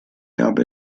habe